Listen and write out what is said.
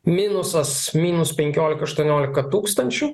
minusas minus penkiolika aštuoniolika tūkstančių